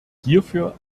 hierfür